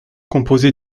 composé